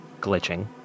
glitching